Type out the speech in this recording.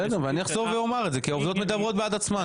בסדר ואני אחזור ואומר את זה כי העובדות מדברות בעד עצמן.